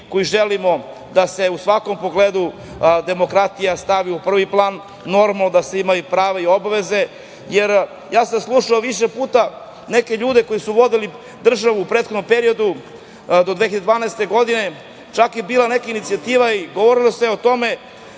koji želimo da se u svakom pogledu demokratija stavi u prvi plan, normalno da se imaju i prava i obaveze, jer slušao sam više puta neke ljude koji su vodili državu u prethodnom periodu, do 2012. godine, čak je bila neka inicijativa i govorilo se o tome